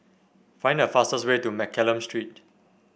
find the fastest way to Mccallum Street